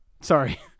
sorry